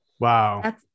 Wow